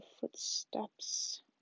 footsteps